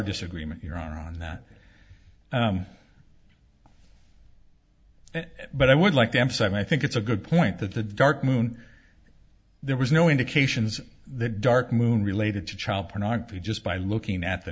disagreement here on that but i would like them so i think it's a good point that the dark moon there was no indications that dark moon related to child pornography just by looking at the